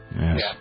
Yes